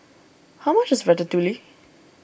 how much is Ratatouille